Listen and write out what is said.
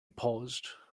paused